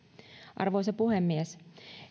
arvoisa puhemies